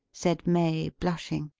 said may, blushing.